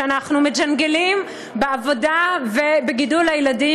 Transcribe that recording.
שאנחנו מג'נגלים בעבודה ובגידול הילדים.